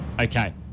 Okay